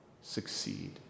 succeed